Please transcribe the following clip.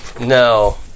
No